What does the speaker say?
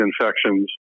infections